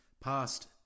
past